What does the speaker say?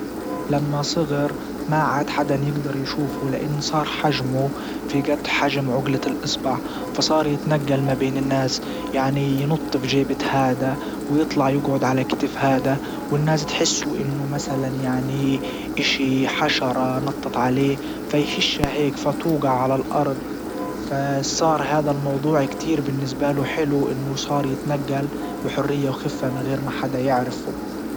لما صغر ما عاد حدن يجدر يشوفه لانه صار حجمه في جد حجم عجلة الاصبع فصار يتنجل ما بين الناس يعني ينط في جيبة هدا ويطلع يجعد على كتف هادا والناس تحسه انه مثلا يعني اشي حشرة نطت عليه فيهشها هيك فتوجع على الارض فصار هذا الموضوع كتير بالنسبة له حلو انه صار يتنجل بحرية وخفة من غير ما حدا يعرفه.